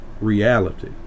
reality